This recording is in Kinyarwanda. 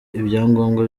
ibyangombwa